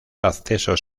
accesos